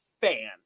fan